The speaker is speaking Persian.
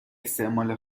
استعمال